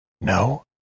No